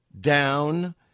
down